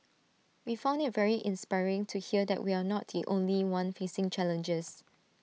we found IT very inspiring to hear that we are not the only one facing challenges